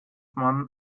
man